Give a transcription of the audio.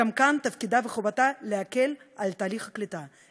וגם כאן תפקידה וחובתה הם להקל את תהליך הקליטה,